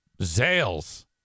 Zales